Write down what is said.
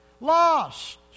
Lost